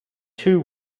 two